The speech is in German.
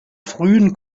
frühen